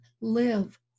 live